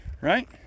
right